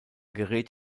gerät